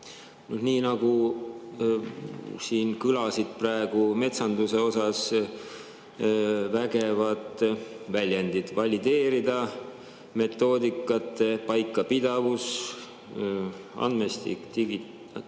nagu siin kõlasid praegu metsanduse kohta vägevad väljendid: "valideerida", "metoodikate paikapidavus", "andmestik digiteerida"